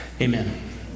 Amen